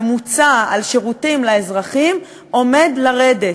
שמוצא על שירותים לאזרחים עומד לרדת.